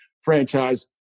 franchise